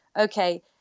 okay